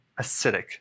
acidic